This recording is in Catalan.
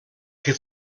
que